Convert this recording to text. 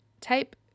Type